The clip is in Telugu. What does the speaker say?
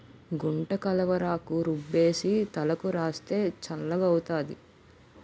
గుంటకలవరాకు రుబ్బేసి తలకు రాస్తే చల్లగౌతాది